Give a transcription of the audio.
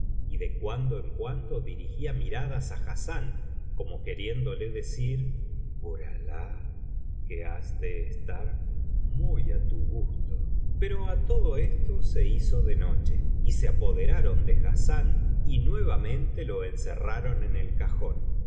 y de cuando en cuando dirigía miradas á hassán como queriéndole decir por alah que has de estar muy á tu gusto pero á todo esto se hizo de noche y se apoderaron de hassán y nuevamente lo encerraron en el cajón